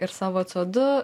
ir savo co du